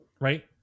right